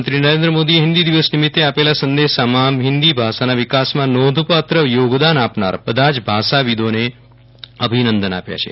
પ્રધાનમંત્રી નરેન્દ્ર મોદીએ હિન્દી દિવસ નિમિત્તે આપેલા સંદેશામાં હિંદી ભાષાના વિકાસમાં નોંધપાત્ર યોગદાન આપનાર બધા જ ભાષા વિદોને અભિનંદન આપ્યા છે